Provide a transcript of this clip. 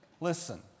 Listen